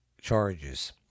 charges